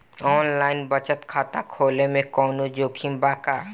Online बचत खाता खोले में कवनो जोखिम बा का?